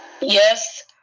yes